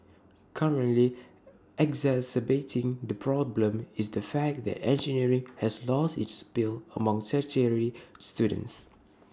currently exacerbating the problem is the fact that engineering has lost its appeal among tertiary students